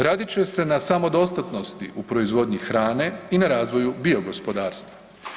Radit će se na samodostatnosti u proizvodnji hrane i na razvoju bio gospodarstva.